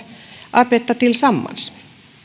arbeta tillsammans